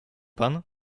pan